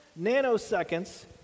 nanoseconds